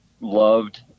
loved